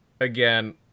Again